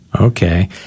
Okay